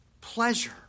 pleasure